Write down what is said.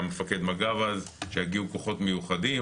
אז מפקד מג"ב שיגיעו כוחות מיוחדים.